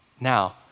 Now